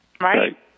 Right